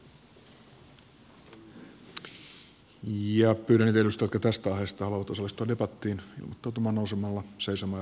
pyydän niitä edustajia jotka tästä aiheesta haluavat osallistua debattiin ilmoittautumaan nousemalla seisomaan ja painamalla v painiketta